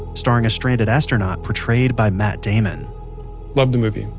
starring a stranded astronaut portrayed by matt damon loved the movie.